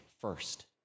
first